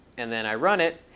and then i run it.